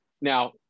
Now